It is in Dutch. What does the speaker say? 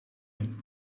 een